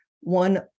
one